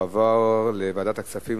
לוועדת הכספים